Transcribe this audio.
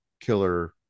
killer